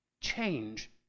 change